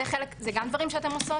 זה גם דברים שאתן עושות?